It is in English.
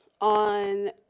on